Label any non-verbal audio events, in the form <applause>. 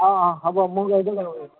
অঁ অঁ হ'ব <unintelligible>